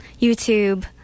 YouTube